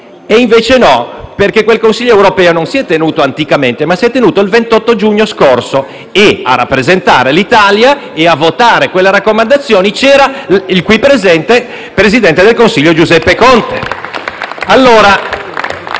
E invece no, perché quel Consiglio europeo si è tenuto non nel passato ma il 28 giugno scorso e a rappresentare l'Italia e a votare quelle raccomandazioni c'era il qui presente presidente del Consiglio Giuseppe Conte. *(Applausi